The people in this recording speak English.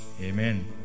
amen